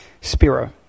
Spiro